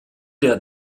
der